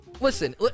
Listen